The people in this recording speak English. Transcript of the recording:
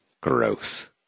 Gross